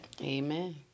Amen